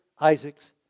Isaac's